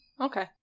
Okay